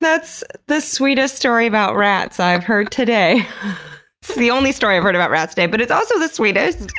that's the sweetest story about rats i've heard today! it's the only story i've heard about rats today, but it's also the sweetest